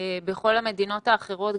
בכל המדינות האחרות,